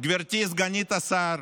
גברתי סגנית השר,